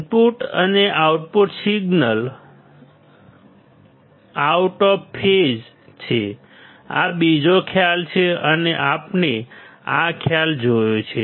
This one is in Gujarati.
ઇનપુટ અને output signals out of phase છે આ બીજો ખ્યાલ છે અને આપણે આ ખ્યાલ જોયો છે